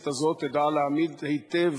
אני מקווה מאוד שהכנסת הזאת תדע להעמיד היטב